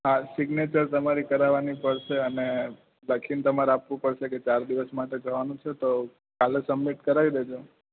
હા સિગ્નેચર તમારી કરાવાની પડશે અને લખી ન તમાર આપવું પડશે કે ચાર દિવસ માટે જવાનું છે તો કાલે સબમીટ કરાય દે જો